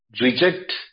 reject